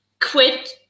quit